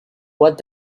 what